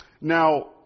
Now